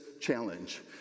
challenge